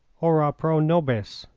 ora pro nobis,